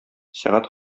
сәгать